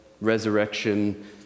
resurrection